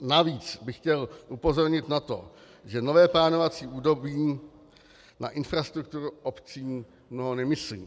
Navíc bych chtěl upozornit na to, že nové plánovací období na infrastrukturu obcí mnoho nemyslí.